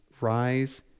rise